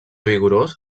vigorós